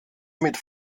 mit